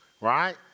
Right